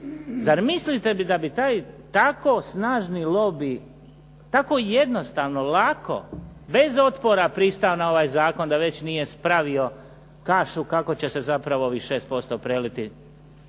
Zar mislite da bi taj tako snažni lobij, tako jednostavno, lako, bez otpora pristao na ovaj zakon da već nije spravio kašu kako će se zapravo ovih 6% preliti